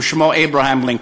ששמו אברהם לינקולן.